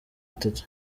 itatu